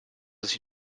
sich